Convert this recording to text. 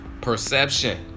Perception